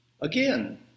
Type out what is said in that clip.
Again